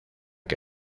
que